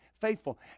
faithful